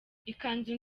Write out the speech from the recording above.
ikanzu